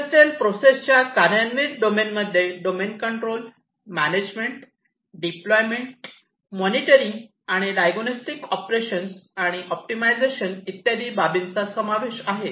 industrial process च्या कार्यान्वित डोमेनमध्ये domain control management deployment monitoring आणि डायग्नोस्टिक ऑपरेशन्स आणि ऑप्टिमायझेशनचा इत्यादी बाबींचा समावेश आहे